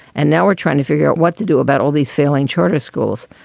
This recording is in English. and now we're trying to figure out what to do about all these failing charter schools,